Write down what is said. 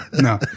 No